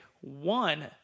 one